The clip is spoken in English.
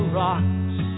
rocks